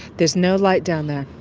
there's no light down there.